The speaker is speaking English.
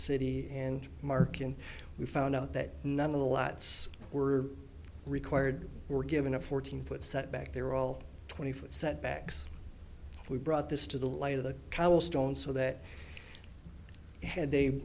city and mark and we found out that none of the lots were required were given a fourteen foot setback they were all twenty foot setbacks we brought this to the light of the cobblestone so that had they